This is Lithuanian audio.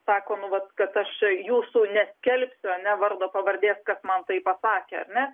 sako nu vat kad aš jūsų neskelbsiu ar ne vardo pavardės kas man taip pasakė ar ne